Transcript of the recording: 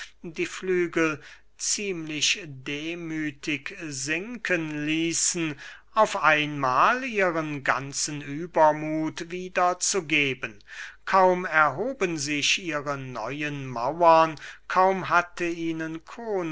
die flügel ziemlich demüthig sinken ließen auf einmahl ihren ganzen übermuth wieder zu geben kaum erhoben sich ihre neuen mauern kaum hatte ihnen